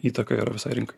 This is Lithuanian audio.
įtaka yra visai rinkai